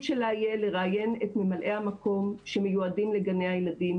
שלה יהיה לראיין את ממלאי המקום שמיועדים לגני הילדים.